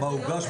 מה הוגש?